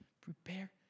Prepare